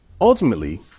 Ultimately